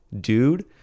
dude